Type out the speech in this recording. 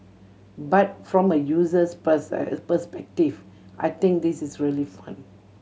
but from a user's perspective I think this is really fun